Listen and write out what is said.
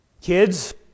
kids